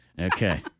Okay